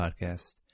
podcast